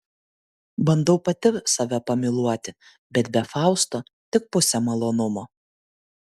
bandau pati save pamyluoti bet be fausto tik pusė malonumo